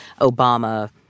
Obama